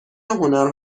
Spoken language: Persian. هنر